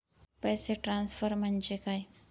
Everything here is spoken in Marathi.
पैसे ट्रान्सफर म्हणजे काय?